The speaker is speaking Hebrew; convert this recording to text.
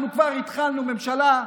אנחנו כבר התחלנו ממשלה,